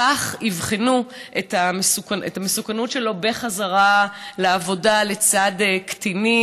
כך יבחנו את המסוכנות שלו בחזרה לעבודה לצד קטינים